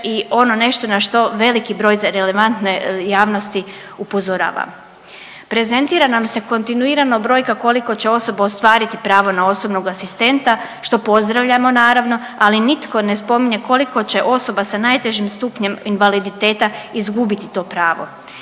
i ono nešto na što veliki broj relevantne javnosti upozorava. Prezentira nam se kontinuirano brojka koliko će osoba ostvariti pravo na osobnog asistenta što pozdravljamo naravno, ali nitko ne spominje koliko će osoba sa najtežim stupnjem invaliditeta izgubiti to pravo.